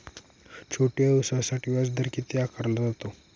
छोट्या व्यवसायासाठी व्याजदर किती आकारला जातो?